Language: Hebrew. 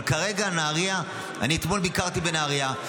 אבל כרגע נהריה, אתמול ביקרתי בנהריה.